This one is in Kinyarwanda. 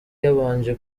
yabanje